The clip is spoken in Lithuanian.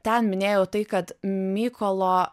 ten minėjau tai kad mykolo